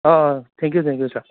ah ah thank you you sir